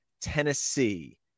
Tennessee